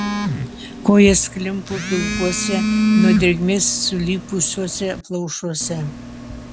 kojos klimpo pilkuose nuo drėgmės sulipusiuose plaušuose